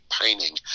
painting